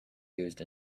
used